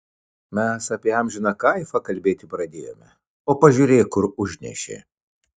mes apie amžiną kaifą kalbėti pradėjome o pažiūrėk kur užnešė